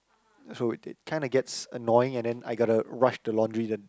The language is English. so it it kinda gets annoying and then I gotta rush the laundry then